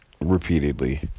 repeatedly